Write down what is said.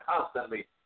constantly